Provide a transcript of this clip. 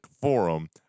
forum